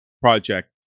project